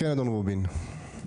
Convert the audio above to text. אדון רובין, בבקשה.